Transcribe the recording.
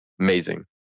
amazing